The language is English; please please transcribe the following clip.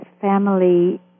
family